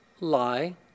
lie